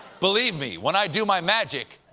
believe me, when i do my magic,